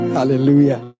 Hallelujah